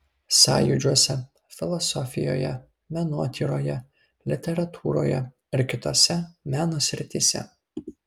sąjūdžiuose filosofijoje menotyroje literatūroje ir kitose meno srityse